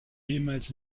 jemals